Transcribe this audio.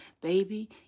Baby